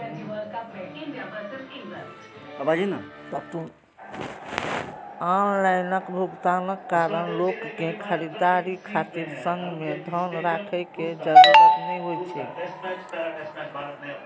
online भुगतानक कारण लोक कें खरीदारी खातिर संग मे धन राखै के जरूरत नै होइ छै